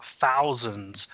thousands